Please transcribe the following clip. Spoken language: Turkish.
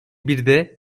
birde